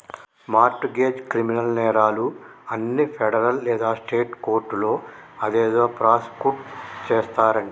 mart గెజ్, criminal నేరాలు అన్ని federal లేదా స్టేట్ కోర్టులో అదేదో ప్రాసుకుట్ చేస్తారంటి